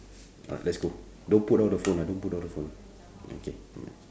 ah let's go don't put down the phone ah don't put down the phone okay mm